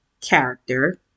character